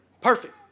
Perfect